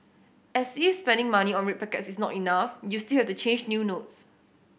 as is spending money on red packets is not enough you still have the change new notes